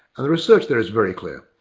the research there is very clear,